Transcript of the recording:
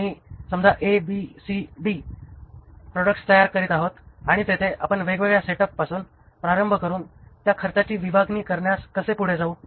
आम्ही समजा A B C आणि D प्रॉडक्ट्स तयार करीत आहोत आणि तेथे आपण वेगवेगळ्या सेट्सपासून प्रारंभ करुन त्या खर्चाची विभागणी करण्यास कसे पुढे जाऊ